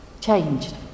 changed